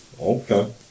Okay